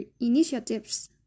initiatives